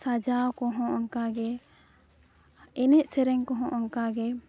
ᱥᱟᱡᱟᱣ ᱠᱚᱦᱚᱸ ᱚᱱᱠᱟᱜᱮ ᱮᱱᱮᱡᱼᱥᱮᱨᱮᱧ ᱠᱚᱦᱚᱸ ᱚᱱᱠᱟᱜᱮ